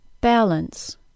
Balance